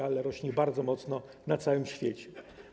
Ona rośnie bardzo mocno na całym świecie.